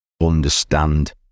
understand